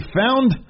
found